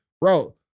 bro